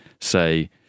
say